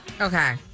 Okay